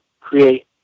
create